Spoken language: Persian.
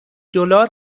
دلار